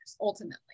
ultimately